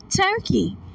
Turkey